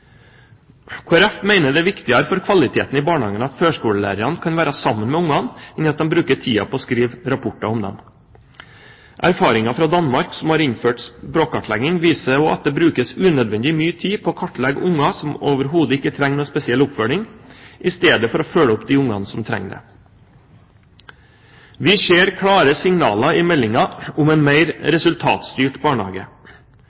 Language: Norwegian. Folkeparti mener det er viktigere for kvaliteten i barnehagene at førskolelærerne kan være sammen med ungene enn at de bruker tiden på å skrive rapporter om dem. Erfaringer fra Danmark, som har innført språkkartlegging, viser at det brukes unødvendig mye tid på å kartlegge unger som overhodet ikke trenger noen oppfølging, i stedet for å følge opp de ungene som trenger det. Vi ser klare signaler i meldingen om en mer